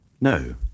no